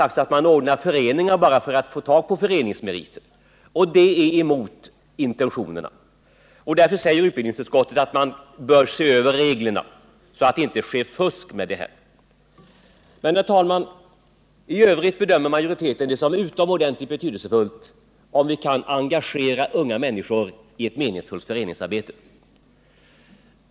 sagts att man bildar föreningar bara för att få föreningsmeriter, och det är mot intentionerna i lagstiftningen. Utbildningsutskottet säger därför att man bör se över reglerna så att det inte ges möjlighet till fusk på detta område. Herr talman! I övrigt bedömer dock utskottsmajoriteten det som utomordentligt betydelsefullt att vi kan engagera unga människor i ett meningsfullt föreningsarbete.